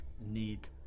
need